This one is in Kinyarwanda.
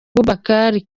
boubacar